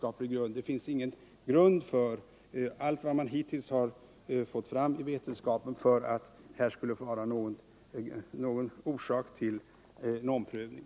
Allt vad man hittills har fått fram visar att det inte finns någon vetenskaplig grund för att det skulle föreligga någon orsak till en omprövning.